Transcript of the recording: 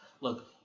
look